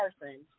person